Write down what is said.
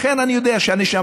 לכן, אני יודע שהנשמה,